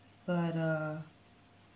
but uh